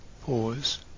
Pause